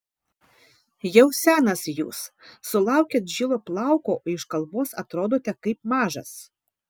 jau senas jūs sulaukėt žilo plauko o iš kalbos atrodote kaip mažas